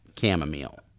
chamomile